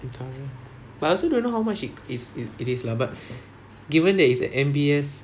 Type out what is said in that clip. you talking but I also don't know how much it it it is lah but given that it's at M_B_S